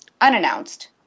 unannounced